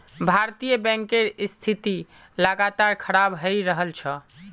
भारतीय बैंकेर स्थिति लगातार खराब हये रहल छे